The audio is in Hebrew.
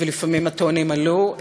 ולפעמים הטונים עלו,